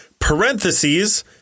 parentheses